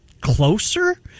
closer